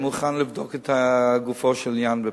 אני מוכן לבדוק לגופו של עניין,